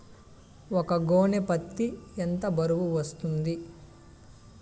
ఒక గోనె పత్తి ఎంత బరువు వస్తుంది?